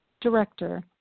director